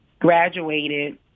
graduated